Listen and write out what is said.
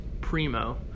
primo